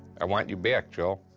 i want you back, joe.